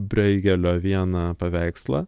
breigelio vieną paveikslą